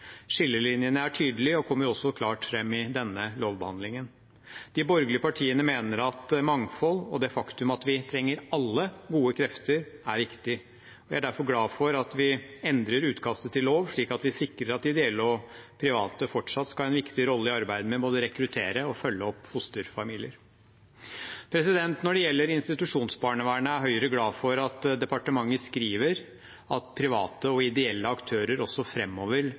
Skillelinjene er tydelige og kommer også klart fram i denne lovbehandlingen. De borgerlige partiene mener at mangfold og det faktum at vi trenger alle gode krefter, er viktig. Vi er derfor glad for at vi endrer utkastet til lov, slik at vi sikrer at ideelle og private aktører fortsatt skal ha en viktig rolle i arbeidet med både å rekruttere og følge opp fosterfamilier. Når det gjelder institusjonsbarnevernet, er Høyre glad for at departementet skriver at private og ideelle aktører også